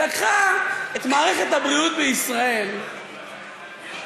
ולקחה את מערכת הבריאות בישראל לכישלון,